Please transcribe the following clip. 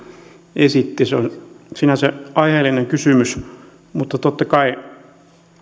esitti se oli sinänsä aiheellinen kysymys mutta totta kai